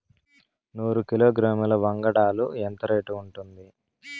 నూరు కిలోగ్రాముల వంగడాలు ఎంత రేటు ఉంటుంది?